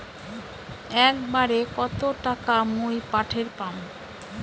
একবারে কত টাকা মুই পাঠের পাম?